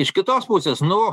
iš kitos pusės nu